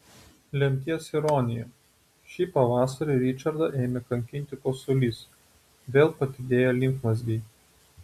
lemties ironija šį pavasarį ričardą ėmė kankinti kosulys vėl padidėjo limfmazgiai